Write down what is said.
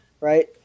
right